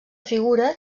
figura